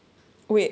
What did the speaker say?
wait what do you mean